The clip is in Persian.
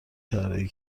طراحی